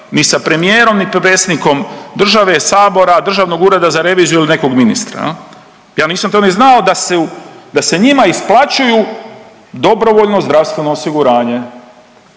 ni sa premijerom, ni predsjednikom države, Sabora, Državnog ureda za reviziju ili nekog ministra. Ja nisam to ni znao da se njima isplaćuju dobrovoljno zdravstveno osiguranje.